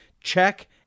Check